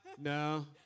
no